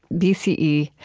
b c e,